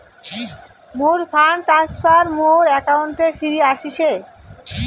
মোর fund transfer মোর অ্যাকাউন্টে ফিরি আশিসে